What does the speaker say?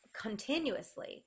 continuously